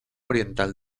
oriental